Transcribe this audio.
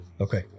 Okay